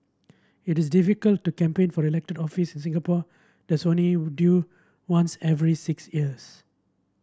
it is difficult to campaign for elected office in Singapore that's only due once every six years